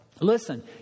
listen